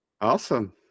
Awesome